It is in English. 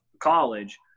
college